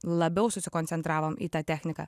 labiau susikoncentravom į tą techniką